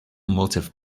motive